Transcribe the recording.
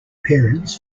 parents